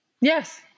Yes